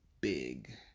big